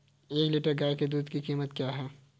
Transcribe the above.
एक लीटर गाय के दूध की कीमत क्या है?